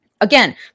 Again